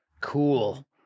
cool